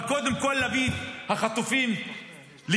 אבל קודם כול להביא את החטופים לכאן.